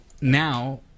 now